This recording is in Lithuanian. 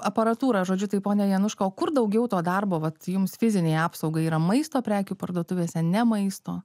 aparatūrą žodžiu tai pone januška o kur daugiau to darbo vat jums fizinei apsaugai yra maisto prekių parduotuvėse ne maisto